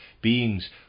beings